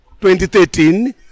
2013